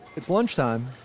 it's lunchtime,